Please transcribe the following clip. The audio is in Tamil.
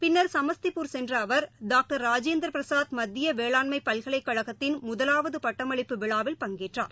பின்னர் சமஸ்டிப்பூர் சென்றஅவர் டாக்டர் ரஜேந்திரபிரசாத் மத்தியவேளாண்மைபல்கலைகழகத்தின் முதலாவதுபட்டமளிப்பு விழாவில் பங்கேற்றார்